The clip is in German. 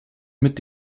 mit